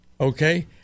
okay